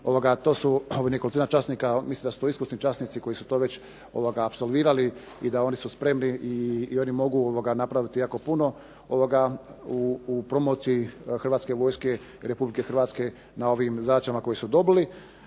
to su nekolicina časnika, iskusni časnici koji su to već apsolvirali i oni su spremni i oni mogu napraviti jako puno, u promociji Hrvatske vojske, Republike Hrvatske na ovim zadaćama koje su dobili.